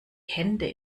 hände